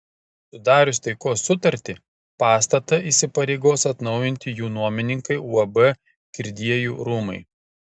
sudarius taikos sutartį pastatą įsipareigos atnaujinti jų nuomininkai uab kirdiejų rūmai